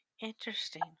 interesting